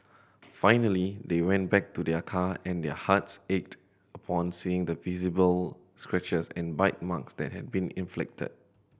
finally they went back to their car and their hearts ached upon seeing the visible scratches and bite marks that had been inflicted